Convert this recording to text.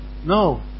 No